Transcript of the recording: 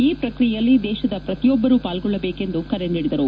ಈ ಪ್ರಕ್ರಿಯೆಯಲ್ಲಿ ದೇಶದ ಪ್ರತಿಯೊಬ್ಬರೂ ಪಾಲ್ಗೊಳ್ಳಬೇಕು ಎಂದು ಕರೆ ನೀಡಿದರು